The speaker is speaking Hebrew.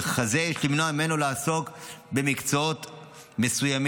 וככזה יש למנוע ממנו לעסוק במקצועות מסוימים.